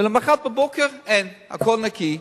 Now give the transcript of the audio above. ולמחרת בבוקר אין, הכול נקי.